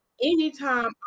anytime